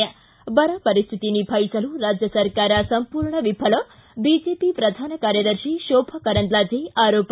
ಿ ಬರ ಪರಿಸ್ಥಿತಿ ನಿಭಾಯಿಸಲು ರಾಜ್ಯ ಸರ್ಕಾರ ಸಂಮೂರ್ಣ ವಿಫಲ ಬಿಜೆಪಿ ಪ್ರಧಾನ ಕಾರ್ಯದರ್ಶಿ ಶೋಭಾ ಕರಂದ್ಲಾಜೆ ಆರೋಪ